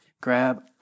grab